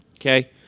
Okay